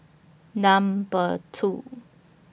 Number two